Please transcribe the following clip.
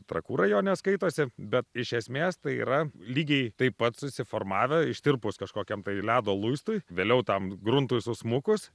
trakų rajone skaitosi bet iš esmės tai yra lygiai taip pat susiformavę ištirpus kažkokiam tai ledo luistui vėliau tam gruntui susmukus